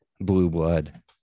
blue-blood